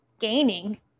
gaining